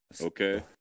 Okay